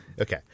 okay